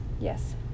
Yes